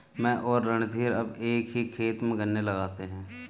मैं और रणधीर अब एक ही खेत में गन्ने लगाते हैं